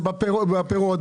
זה בפירות,